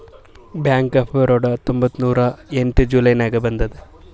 bank of Baroda ಹತ್ತೊಂಬತ್ತ್ ನೂರಾ ಎಂಟ ಜುಲೈ ನಾಗ್ ಬಂದುದ್